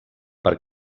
per